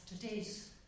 today's